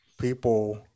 people